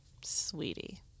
Sweetie